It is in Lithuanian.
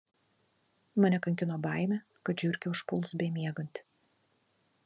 mane kankino baimė kad žiurkė užpuls bemiegantį